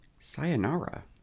Sayonara